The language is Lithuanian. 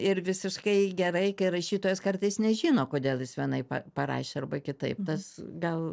ir visiškai gerai kai rašytojas kartais nežino kodėl jis vienaip pa parašė arba kitaip tas gal